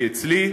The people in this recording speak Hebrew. היא אצלי.